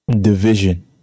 division